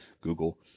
Google